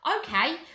Okay